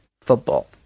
football